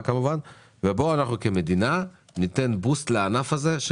בואו אנחנו כמדינה ניתן דחיפה לענף הזה,